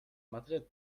madrid